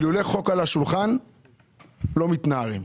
כי לולא חוק על השולחן לא מתנערים.